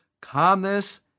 calmness